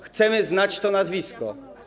Chcemy znać to nazwisko.